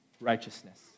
righteousness